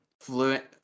fluent